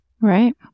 Right